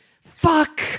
Fuck